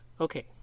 Okay